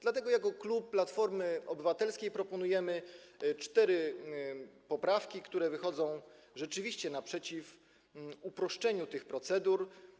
Dlatego jako klub Platformy Obywatelskiej proponujemy cztery poprawki, które rzeczywiście wychodzą naprzeciw uproszczeniu tych procedur.